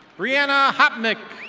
brianna hotnick.